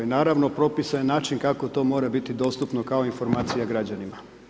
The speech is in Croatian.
I naravno propisan je način kako to mora biti dostupno kao informacija građanima.